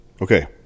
Okay